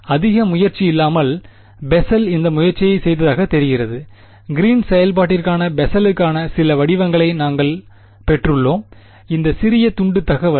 எனவே அதிக முயற்சி இல்லாமல் பெசல் இந்த முயற்சியைச் செய்ததாகத் தெரிகிறது கிரீன்ஸ் செயல்பாட்டிற்கான பெசலுக்கான சில வடிவங்களை நாங்கள் பெற்றுள்ளோம் ஒரு சிறிய துண்டு தகவல்